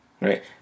right